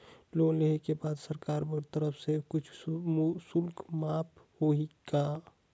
Loan लेहे के बाद सरकार कर तरफ से कुछ शुल्क माफ होही का?